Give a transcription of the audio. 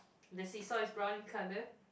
the seesaw is brown in colour